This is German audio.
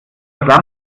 das